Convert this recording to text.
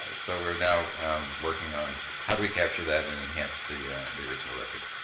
so we're now working on how do we capture that and enhance the the original record?